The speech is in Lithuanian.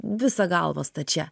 visa galva stačia